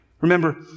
Remember